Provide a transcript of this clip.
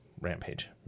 rampage